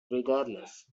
regardless